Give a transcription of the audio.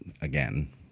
again